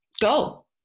Go